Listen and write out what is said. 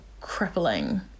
crippling